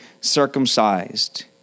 circumcised